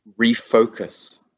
refocus